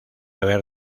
haber